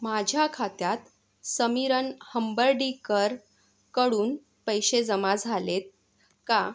माझ्या खात्यात समीरन हंबर्डीकरकडून पैसे जमा झाले आहेत का